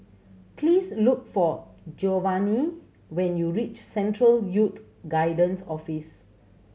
please look for Giovani when you reach Central Youth Guidance Office